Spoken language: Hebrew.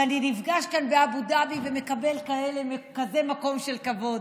ואני נפגש כאן באבו דאבי ומקבל כזה מקום של כבוד.